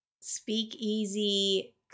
speakeasy